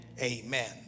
amen